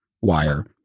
wire